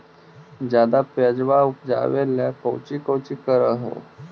ज्यादा प्यजबा उपजाबे ले कौची कौची कर हो?